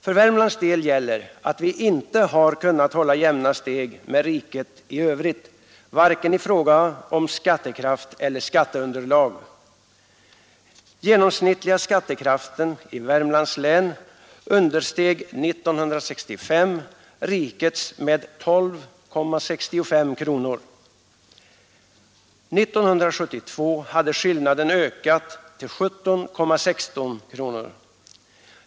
För Värmlands del gäller att vi inte har kunnat hålla jämna steg med riket i övrigt, vare sig i fråga om skattekraft eller skatteunderlag. Genomsnittliga skattekraften i Värmlands län understeg 1965 rikets med 12:65 kronor. 1972 hade skillnaden ökat till 17:16 kronor.